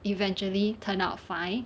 eventually turn out fine